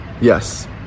yes